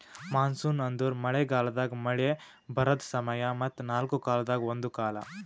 monsoon ಅಂದುರ್ ಮಳೆ ಗಾಲದಾಗ್ ಮಳೆ ಬರದ್ ಸಮಯ ಮತ್ತ ನಾಲ್ಕು ಕಾಲದಾಗ ಒಂದು ಕಾಲ